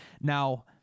Now